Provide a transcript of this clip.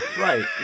Right